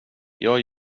gör